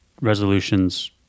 resolutions